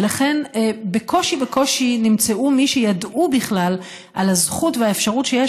ולכן בקושי בקושי נמצאו מי שידעו בכלל על הזכות והאפשרות שיש